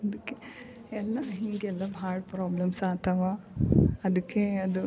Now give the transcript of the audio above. ಅದಕ್ಕೆ ಎಲ್ಲ ಹಿಂಗೆಲ್ಲ ಭಾಳ ಪ್ರಾಬ್ಲಮ್ಸ್ ಆಗ್ತಾವ ಅದಕ್ಕೇ ಅದು